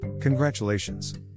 Congratulations